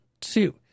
two